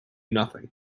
nothing